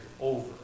over